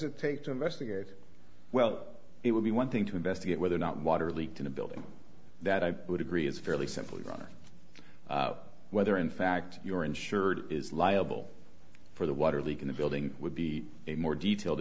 it take to investigate well it would be one thing to investigate whether or not water leaked in a building that i would agree is fairly simple about whether in fact your insured is liable for the water leak in the building would be a more detailed